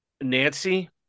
nancy